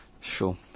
Sure